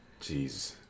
Jeez